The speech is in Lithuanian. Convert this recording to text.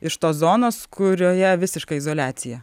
iš tos zonos kurioje visiška izoliacija